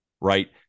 right